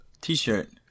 t-shirt